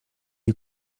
you